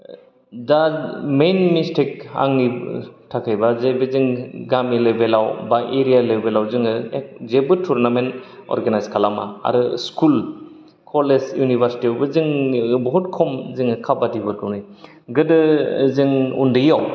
दा main mistake आंनि थाखायबा बे जे बे जों गामि लेबेलाव बा एरिया लेबेलाव जोङो जेबो टुरनामेन्ट अरगानाइज खालामा आरो स्कुल कलेज इउनिबारसिटि आवबो जोंनि बुहुद खम जोङो खाबादिफोरखौ नुयो गोदो जों उन्दैआव